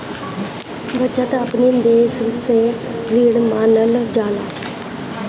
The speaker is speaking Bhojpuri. बचत अपनी देस के रीढ़ मानल जाला